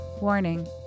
Warning